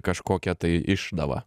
kažkokia tai išdava